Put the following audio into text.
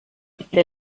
der